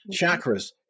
Chakras